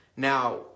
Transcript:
Now